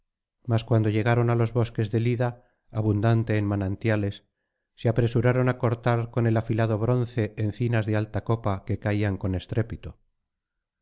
mas cuando llegaron á los bosques del ida abundante en manantiales se apresuraron á cortar con el afilado bronce encinas de alta copa que caían con estrépito